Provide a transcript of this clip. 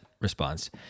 response